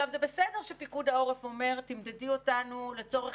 זה בסדר שפיקוד העורף אומר: תמדדי אותנו לצורך